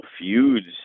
feuds